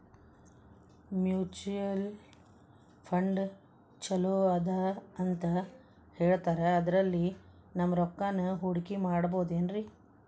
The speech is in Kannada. ಮ್ಯೂಚುಯಲ್ ಫಂಡ್ ಛಲೋ ಅದಾ ಅಂತಾ ಹೇಳ್ತಾರ ಅದ್ರಲ್ಲಿ ನಮ್ ರೊಕ್ಕನಾ ಹೂಡಕಿ ಮಾಡಬೋದೇನ್ರಿ?